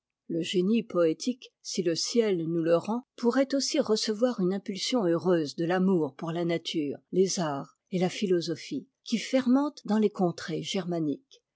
le génie poétique si le ciel nous ie rend pourrait aussi recevoir une impulsion heureuse de amour pour la nature les arts et la philosophie qui fermente dans les contrées germaniques